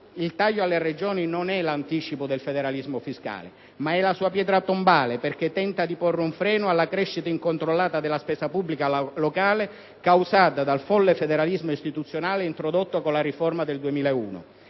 Il taglio alle Regioni non è l'anticipo del federalismo fiscale, ma la sua pietra tombale, perché tenta di porre un freno alla crescita incontrollata della spesa pubblica locale causata dal folle federalismo istituzionale introdotto con la riforma